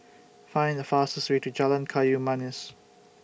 Find The fastest Way to Jalan Kayu Manis